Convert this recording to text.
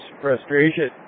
frustration